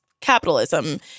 capitalism